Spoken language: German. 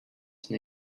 sowas